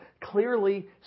clearly